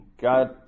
God